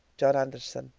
john anderson,